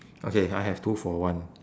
okay I have two for one